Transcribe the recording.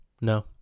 no